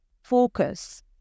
focus